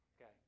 Okay